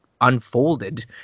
unfolded